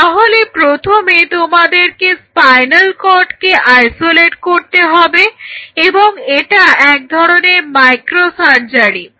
তাহলে প্রথমে তোমাদেরকে স্পাইনাল কর্ডকে আইসোলেট করতে হবে এবং এটা এক ধরনের মাইক্রো সার্জারি